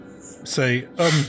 say